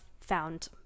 found